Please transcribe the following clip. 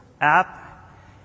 app